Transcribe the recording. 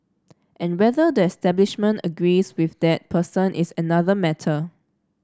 and whether the establishment agrees with that person is another matter